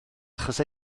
achos